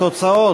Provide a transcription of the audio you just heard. התוצאות,